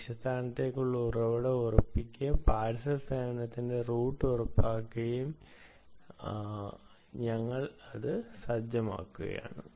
ലക്ഷ്യസ്ഥാനത്തേക്കുള്ള ഉറവിടം ഉറപ്പിക്കുകയും പാർസൽ സേവനത്തിന്റെ റൂട്ട് ഉറപ്പിക്കുകയും ചെയ്യുകയാണ്